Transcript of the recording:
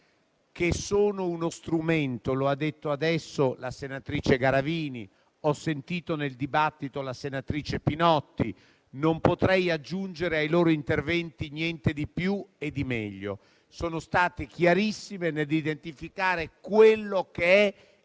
che sono uno strumento, come ha detto poc'anzi la senatrice Garavini. Ho ascoltato nel dibattito la senatrice Pinotti; non potrei aggiungere ai loro interventi niente di più e di meglio: sono state chiarissime nell'identificare quello che è